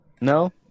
No